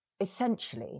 essentially